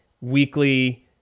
weekly